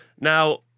Now